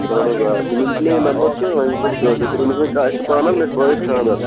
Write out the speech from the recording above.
اَہَن حظ آ تِمو دیُت مےٚ نَمبَر تہٕ تٔمۍ دوٚپ یہِ ہسا یہِ تُہۍ کٔرِۍزیٚو یِمن سٍتۍ کَتھ اَسہِ چھُ پانہٕ حظ مےٚ چھُ بٲیِس خانٛدَر